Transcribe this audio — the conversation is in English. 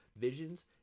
visions